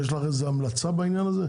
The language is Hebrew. יש לך איזו המלצה אלינו בעניין הזה,